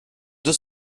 deux